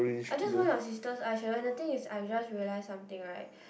I just want our sisters I sharing the thing is I just realize something right